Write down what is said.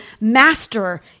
master